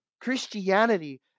Christianity